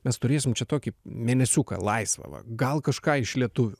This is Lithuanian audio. mes turėsim čia tokį mėnesiuką laisvąva gal kažką iš lietuvių